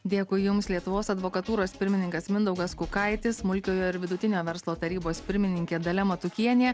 dėkui jums lietuvos advokatūros pirmininkas mindaugas kukaitis smulkiojo ir vidutinio verslo tarybos pirmininkė dalia matukienė